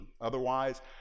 otherwise